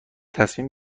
تصمیم